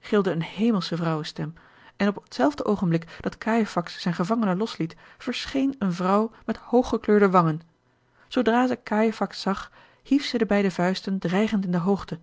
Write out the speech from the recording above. gilde eene hemelsche vrouwenstem en op hetzelfde oogenblik dat cajefax zijn gevangene losliet verscheen eene vrouw met hooggekleurde wangen zoodra zij cajefax zag hief zij de beide vuisten dreigend in de hoogte